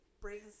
brings